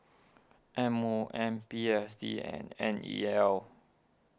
M O M P S D and N E L